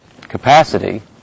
capacity